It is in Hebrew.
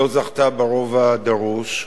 לא זכתה ברוב הדרוש,